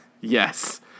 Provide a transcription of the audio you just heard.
Yes